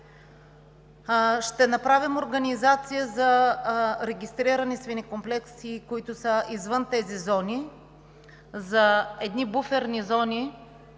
Ще направим организация за регистрирани свинекомплекси, които са извън тези зони, за едни буферни зони,